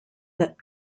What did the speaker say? that